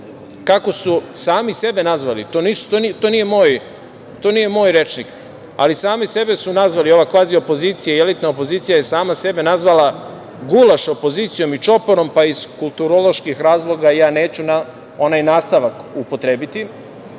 kako su sami sebe nazvali, to nije moj rečnik, ali sami sebe su nazvali ova „kvazi opozicija“ i „elitna opozicija“, je sama sebe nazvala „gulaš opozicijom“ i čoporom, pa iz kulturoloških razloga ja neću onaj nastavak upotrebiti,